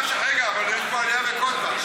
רגע, אבל יש פה אליה וקוץ בה.